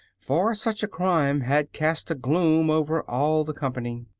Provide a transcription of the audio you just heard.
for such a crime had cast a gloom over all the company.